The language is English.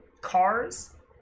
cars